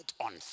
on